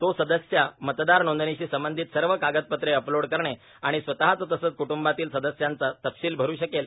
तो सदस्य मतदार नोंदणीशी संबंधित सर्व कागदपत्रे अपलोड करणे आणि स्वतःचे तसचं क्ट्ंबातील सदस्यांचे तपशील भरु शकेल